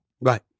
Right